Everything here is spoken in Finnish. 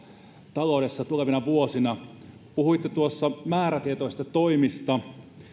taloudessa tulevina vuosina puhuitte tuossa määrätietoisista toimista